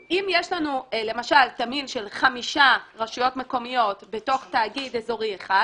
אם יש לנו למשל תמהיל של חמישה רשויות מקומיות בתוך תאגיד אזורי אחד,